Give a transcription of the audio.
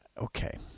Okay